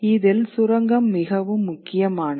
இதில் சுரங்கம் மிகவும் முக்கியமானது